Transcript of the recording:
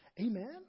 Amen